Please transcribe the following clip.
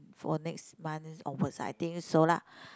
for next month onwards I think so lah